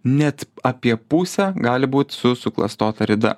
net apie pusę gali būt su suklastota rida